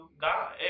God